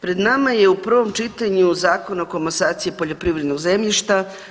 Pred nama je u prvom čitanju Zakon o komasaciji poljoprivrednog zemljišta.